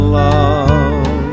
love